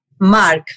Mark